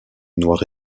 noir